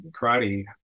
karate